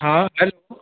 हाँ हेलो